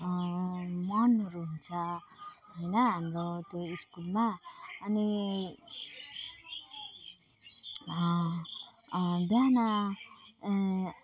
मनहरू हुन्छ होइन हाम्रो त्यो स्कुलमा अनि बिहान